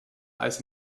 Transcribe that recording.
als